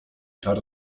czar